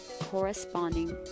corresponding